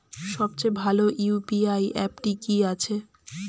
সবচেয়ে ভালো ইউ.পি.আই অ্যাপটি কি আছে?